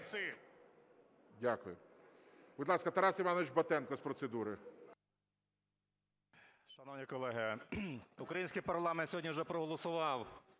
Дякую. Будь ласка, Тарас Іванович Батенко з процедури. 13:06:14 БАТЕНКО Т.І. Шановні колеги, український парламент сьогодні вже проголосував